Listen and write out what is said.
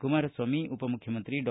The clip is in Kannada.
ಕುಮಾರಸ್ವಾಮಿ ಉಪಮುಖ್ಯಮಂತ್ರಿ ಡಾ